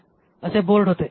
हे असे बोर्ड होते